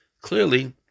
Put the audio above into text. clearly